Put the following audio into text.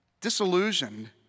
disillusioned